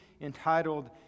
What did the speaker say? entitled